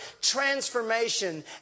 transformation